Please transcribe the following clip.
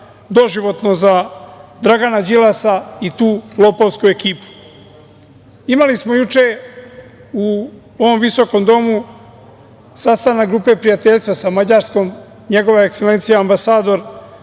doživotno za Dragana Đilasa i tu lopovsku ekipu. Imali smo juče u ovom visokom domu sastanak Grupe prijateljstva sa Mađarskom, Njegova ekselencija ambasador